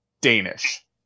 Danish